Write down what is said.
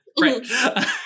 Right